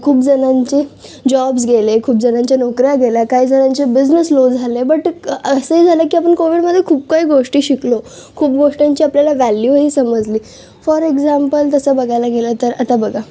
खूप जणांचे जॉब्स गेले खूप जणांच्या नोकऱ्या गेल्या काही जणांचे बिजनेस लो झाले बट असंही झालं की आपण कोविडमध्ये खूप काही गोष्टी शिकलो खूप गोष्टींची आपल्याला व्हॅल्यूही समजली फॉर एक्झाम्पल तसं बघायला गेलं तर आता बघा